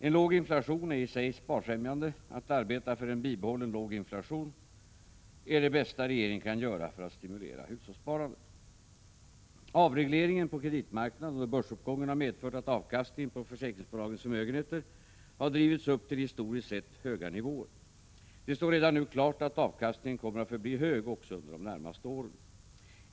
En låg inflation är isig sparfrämjande, att arbeta för en bibehållen låg inflationstakt är det bästa regeringen kan göra för att stimulera hushållssparandet. Avregleringen på kreditmarknaden och börsuppgången har medfört att avkastningen på försäkringsbolagens förmögenheter har drivits upp till historiskt sett höga nivåer. Det står redan nu klart att avkastningen kommer att förbli hög också under de närmaste åren.